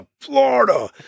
Florida